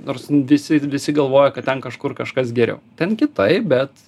nors visi visi galvoja kad ten kažkur kažkas geriau ten kitaip bet